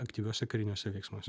aktyviuose kariniuose veiksmuose